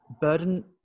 Burden